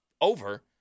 over